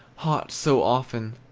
hot so often,